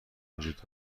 وجود